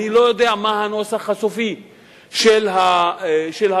אני לא יודע מה הנוסח הסופי של הרפורמה,